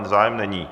Zájem není.